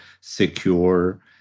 secure